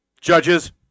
Judges